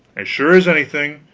as sure as anything,